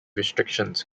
restrictions